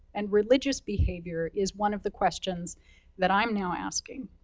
and religious behavior is one of the questions that i'm now asking.